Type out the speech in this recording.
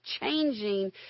changing